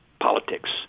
politics